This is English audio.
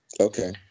Okay